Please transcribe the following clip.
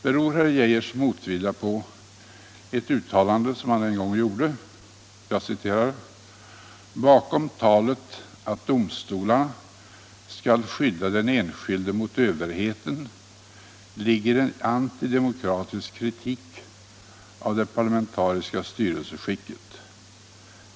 Beror herr Geijers motvilja Nr 149 på ett uttalande som han en gång gjorde: ”Bakom talet att domstolarna Fredagen den skall skydda den enskilde mot överheten ligger en antidemokratisk kritik 4 juni 1976 av det parlamentariska styrelseskicket.